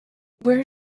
where